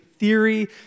theory